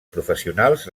professionals